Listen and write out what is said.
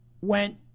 went